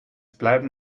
bleiben